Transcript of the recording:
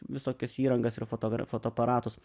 visokias įrangas ir fotogra fotoaparatus